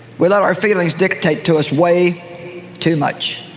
we let our feelings dictate to us way too much,